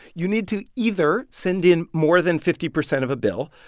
you need to either send in more than fifty percent of a bill.